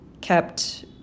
kept